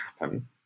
happen